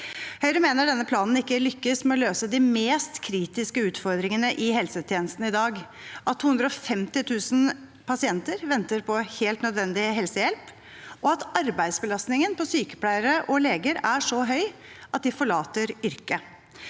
Høyre mener denne planen ikke lykkes med å løse de mest kritiske utfordringene i helsetjenesten i dag: at 250 000 pasienter venter på helt nødvendig helsehjelp, og at arbeidsbelastningen på sykepleiere og leger er så høy at de forlater yrket.